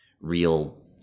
real